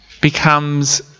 becomes